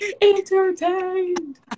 entertained